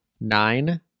nine